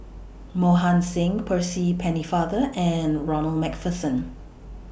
Mohan Singh Percy Pennefather and Ronald MacPherson